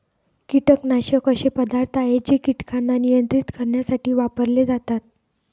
कीटकनाशक असे पदार्थ आहे जे कीटकांना नियंत्रित करण्यासाठी वापरले जातात